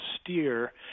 steer